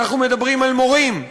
אנחנו מדברים על מורים,